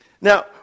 Now